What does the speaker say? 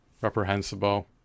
reprehensible